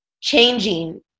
changing